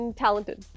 talented